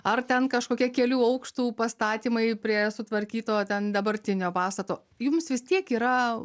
ar ten kažkokie kelių aukštų pastatymai prie sutvarkyto ten dabartinio pastato jums vis tiek yra